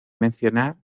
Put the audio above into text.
mencionar